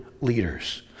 leaders